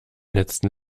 letzten